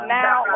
now